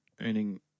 earning